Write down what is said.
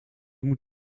moet